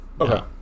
Okay